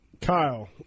Kyle